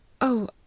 Oh